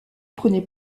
prenait